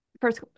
first